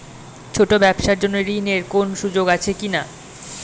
ছোট ব্যবসার জন্য ঋণ এর কোন সুযোগ আছে কি না?